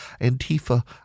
Antifa